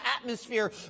atmosphere